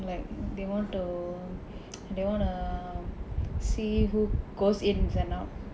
like they want to they wanna see who goes in and out